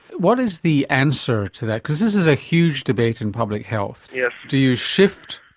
what is the answer to that? because this is a huge debate in public health. yeah do you shift,